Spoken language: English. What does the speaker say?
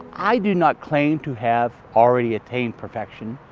i do not claim to have already attained perfection,